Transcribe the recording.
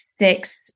six